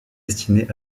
destinés